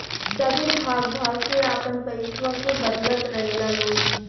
सभे भाग भाग के आपन पइसवा के बदलत रहेला लोग